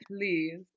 please